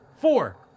Four